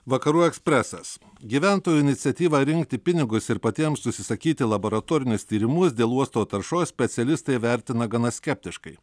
vakarų ekspresas gyventojų iniciatyvą rinkti pinigus ir patiems užsisakyti laboratorinius tyrimus dėl uosto taršos specialistai vertina gana skeptiškai